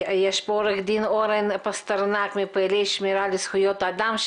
יש פה עו"ד אורן פסטרנק מפעילי שמירה על זכויות האדם.